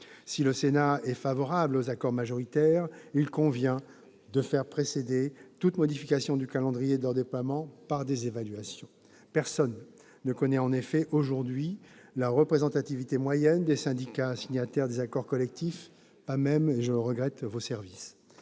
Si le Sénat est favorable aux accords majoritaires, il convient de faire précéder toute modification du calendrier de leur déploiement par des évaluations. Personne ne connaît en effet aujourd'hui la représentativité moyenne des syndicats signataires des accords collectifs, pas même, et je le regrette, vos services,